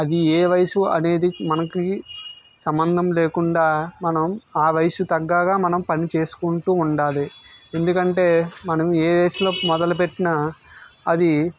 అది ఏ వయసు అనేది మనకి సంబంధం లేకుండా మనం ఆ వయసు తగ్గట్టు మనం పని చేసుకుంటు ఉండాలి ఎందుకంటే మనం ఏ వయసులో మొదలు పెట్టినా అది